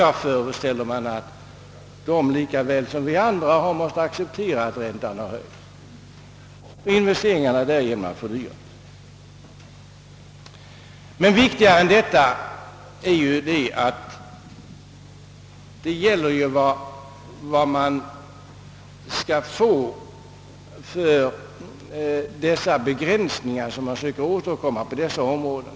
Jag föreställer mig att dessa samfund lika väl som vi andra har måst acceptera att räntan höjts och att investeringarna därigenom har fördyrats. Viktigare än detta är emellertid vad man får för de begränsningar som man söker åstadkomma på vissa områden.